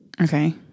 okay